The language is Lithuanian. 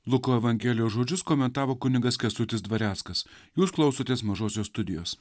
luko evangelijos žodžius komentavo kunigas kęstutis dvareckas jūs klausotės mažosios studijos